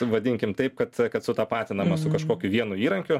vadinkim taip kad kad sutapatinama su kažkokiu vienu įrankiu